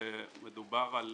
מדובר על